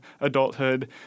adulthood